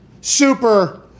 super